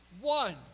One